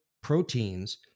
proteins